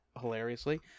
hilariously